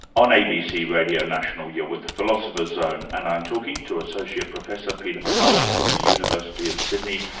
on abc radio national, you're with the philosopher's zone and i'm talking to associate professor, peter mccallum from the university of sydney,